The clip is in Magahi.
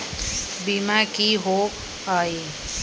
बीमा की होअ हई?